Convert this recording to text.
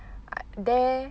like there